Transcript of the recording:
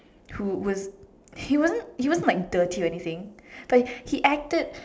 who would he wasn't he wasn't dirty or anything but he he acted